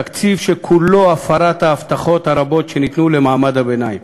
תקציב שכולו הפרת ההבטחות הרבות שניתנו למעמד הביניים,